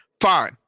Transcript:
Fine